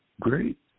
Great